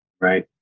Right